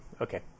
Okay